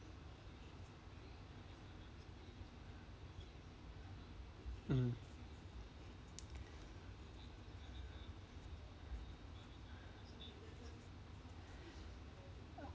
mm